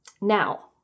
Now